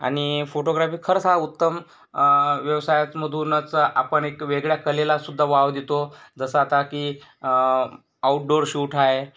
आणि फोटोग्राफी खरंच हा उत्तम व्यवसायात मधूनच आपण एक वेगळ्या कलेलासुद्दा वाव देतो जसं आता की आऊटडोअर शूट आहे